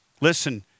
Listen